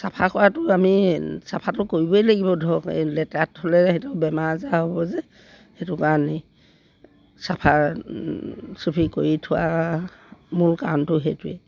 চাফা কৰাটো আমি চাফাটো কৰিবই লাগিব ধৰক এই লেতেৰাত থ'লে সিহঁতক বেমাৰ আজাৰ হ'ব যে সেইটো কাৰণেই চাফা চুফি কৰি থোৱা মূল কাৰণটো সেইটোৱে